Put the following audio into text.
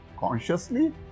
consciously